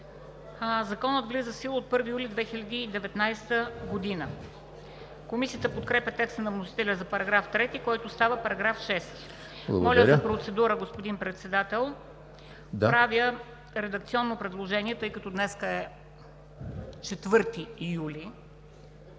Законът влиза в сила от 1 юли 2019 г.“ Комисията подкрепя текста на вносителя за § 3, който става § 6. Моля за процедура, господин Председател. Правя редакционно предложение, тъй като днес е 4 юли,